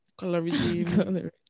colorism